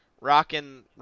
Rocking